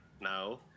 no